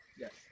Yes